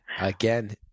again